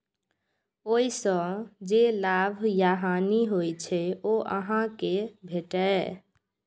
ओइ सं जे लाभ या हानि होइ छै, ओ अहां कें भेटैए